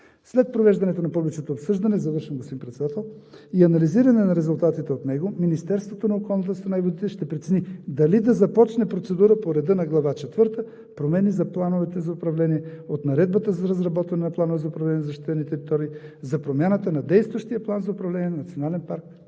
След провеждането на публичното обсъждане – завършвам, господин Председател, и анализиране на резултатите от него, Министерството на околната среда и водите ще прецени дали да започне процедура по реда на Глава IV „Промени за плановете за управление“ от Наредбата за разработване на Планове за управление на защитените територии, за промяната на действащия План за управление на